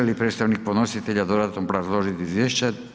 Želi li predstavnik podnositelja dodatno obrazložiti izvješće?